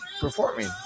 performing